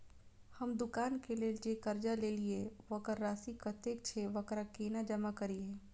हम दुकान के लेल जे कर्जा लेलिए वकर राशि कतेक छे वकरा केना जमा करिए?